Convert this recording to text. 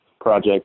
project